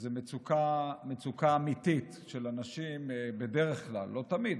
שזו מצוקה אמיתית של אנשים שהם בדרך כלל לא תמיד,